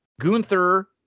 Gunther